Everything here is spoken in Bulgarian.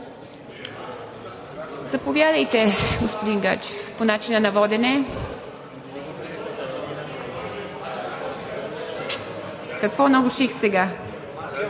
Заповядайте, господин Гаджев, по начина на водене. Какво наруших сега?